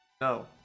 No